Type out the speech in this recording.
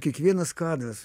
kiekvienas kadras